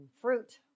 Fruit